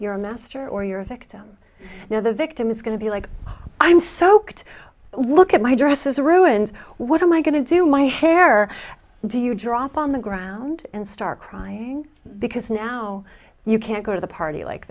you're a master or you're a victim now the victim is going to be like oh i'm soaked look at my dress is a ruined what am i going to do my hair do you drop on the ground and start crying because now you can't go to the party like